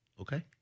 Okay